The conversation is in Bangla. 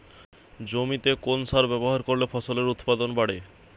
জমিতে কোন সার ব্যবহার করলে ফসলের উৎপাদন বাড়ে?